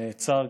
שנעצר,